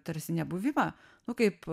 tarsi nebuvimą nu kaip